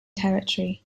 territory